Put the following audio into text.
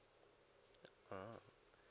mm